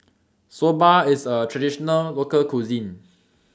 Soba IS A Traditional Local Cuisine